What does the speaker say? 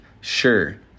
sure